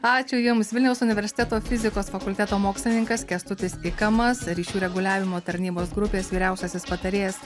ačiū jums vilniaus universiteto fizikos fakulteto mokslininkas kęstutis ikamas ryšių reguliavimo tarnybos grupės vyriausiasis patarėjas